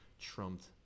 trumped